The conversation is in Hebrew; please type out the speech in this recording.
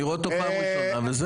אני רואה פה פעם ראשונה וזהו.